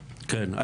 כן.